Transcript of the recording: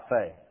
faith